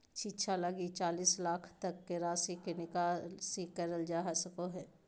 शिक्षा लगी चालीस लाख तक के राशि के निकासी करल जा सको हइ